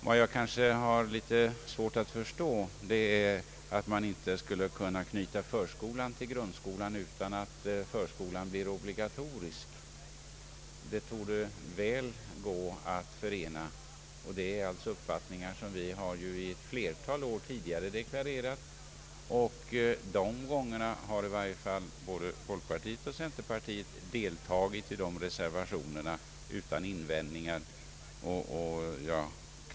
Vad jag kanske har litet svårt att förstå är att man inte skulle kunna knyta förskolan till grundskolan utan att förskolan blir obligatorisk. Dessa saker torde gå att förena; det är en uppfattning som vi ett flertal år har deklarerat. Vid tidigare tillfällen har i varje fall både folkpartiet och centerpartiet deltagit i reservationerna utan invändningar.